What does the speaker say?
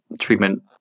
Treatment